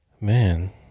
Man